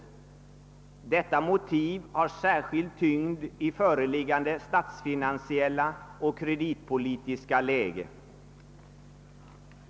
Detta motiv har särskild tyngd i föreliggande statsfinansiella och kreditpolitiska läge.